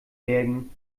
bergen